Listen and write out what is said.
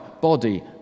body